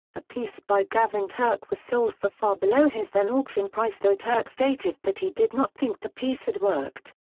a piece by gavin turk was sold for far below his then auction price though turk stated that he did not think the piece had worked.